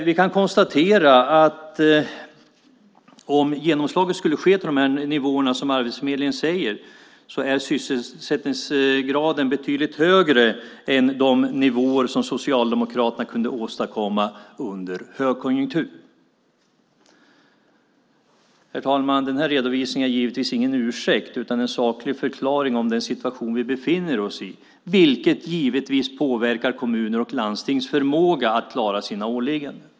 Vi kan konstatera att om vi skulle hamna på de nivåer som Arbetsförmedlingen säger är sysselsättningsgraden betydligt högre än de nivåer som Socialdemokraterna kunde åstadkomma under högkonjunktur. Herr talman! Den här redovisningen är givetvis ingen ursäkt utan en saklig förklaring om den situation vi befinner oss i, vilket givetvis påverkar kommuners och landstings förmåga att klara sina åligganden.